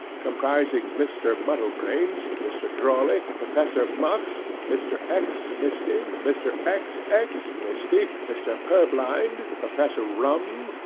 comprising mr. muddlebranes, mr. drawley, professor muff, mr. x. misty, mr. x. x. misty, mr. purblind, professor rummun,